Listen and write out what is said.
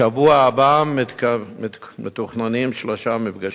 בשבוע הבא מתוכננים שלושה מפגשים.